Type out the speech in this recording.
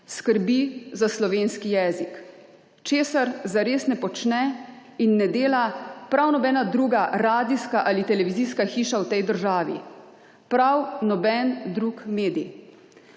Skrbi za slovenski jezik. Česar zares ne počne in ne dela prav nobena druga radijska ali televizijska hiša v tej državi, prav noben drug medij.